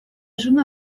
жена